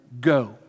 Go